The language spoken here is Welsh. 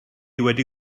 wedi